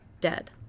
dead